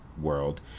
world